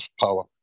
power